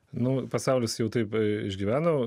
nu pasaulis jau tai išgyveno